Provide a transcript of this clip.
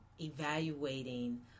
evaluating